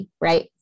right